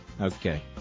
Okay